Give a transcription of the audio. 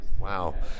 Wow